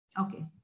Okay